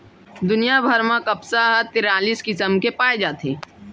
दुनिया भर म कपसा ह तिरालिस किसम के पाए जाथे